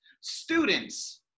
students